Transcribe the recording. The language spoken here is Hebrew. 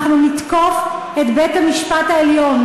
אנחנו נתקוף את בית-המשפט העליון,